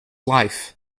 life